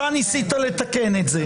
אתה ניסית לתקן את זה.